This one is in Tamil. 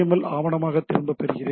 எல் ஆவணமாக திரும்பப் பெறுகிறேன்